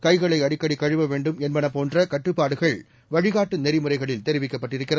கைகளை அடிக்கடி கழுவ வேண்டும் என்பது போன்ற கட்டுப்பாடுகள்இ வழிகாட்டு நெறிமுறைகளில் தெரிவிக்கப்பட்டிருக்கிறது